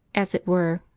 as it were,